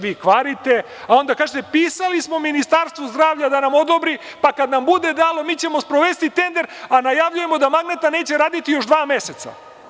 Vi kvarite a onda kažete – pisali smo Ministarstvu zdravlja da nam odobri, pa kad nam bude dalo mi ćemo sprovesti tender, a najavljujemo da magnetna neće raditi još dva meseca.